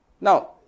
Now